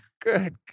good